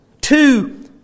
Two